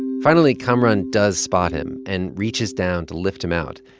finally, kamaran does spot him and reaches down to lift him out.